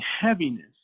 heaviness